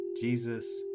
Jesus